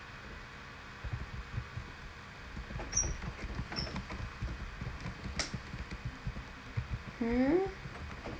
um